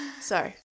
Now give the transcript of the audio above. Sorry